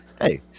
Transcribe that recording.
Hey